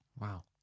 Wow